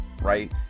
right